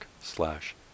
slash